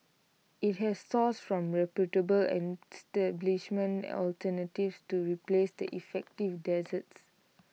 IT has sourced from reputable establishments alternatives to replace the effective desserts